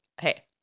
Hey